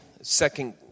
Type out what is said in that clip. second